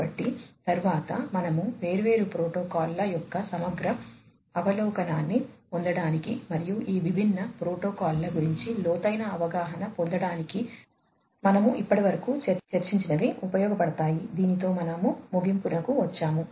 కాబట్టి తరువాత మనము వేర్వేరు ప్రోటోకాల్ల యొక్క సమగ్ర అవలోకనాన్ని పొందడానికి మరియు ఈ విభిన్న ప్రోటోకాల్ల గురించి లోతైన అవగాహన పొందడానికి మనము ఇప్పటివరకు చర్చించిన లు ఉపయోగపడతాయి దీనితో మనము ముగింపుకు వచ్చాము